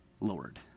Lord